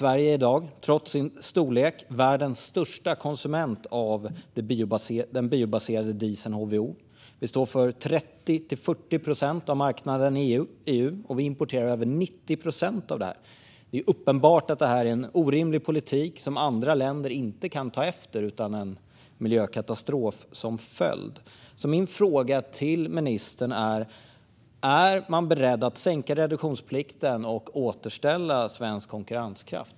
Sverige är i dag, trots sin storlek, världens största konsument av den biobaserade dieseln HVO. Vi står för 30-40 procent av marknaden i EU, och vi importerar över 90 procent av det här. Det är uppenbart att det här är en orimlig politik som andra länder inte kan ta efter utan en miljökatastrof som följd. Min fråga till ministern är därför: Är man beredd att sänka reduktionsplikten och återställa svensk konkurrenskraft?